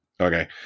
Okay